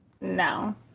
No